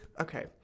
okay